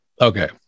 Okay